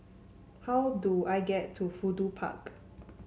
how do I get to Fudu Park